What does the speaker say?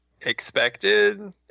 expected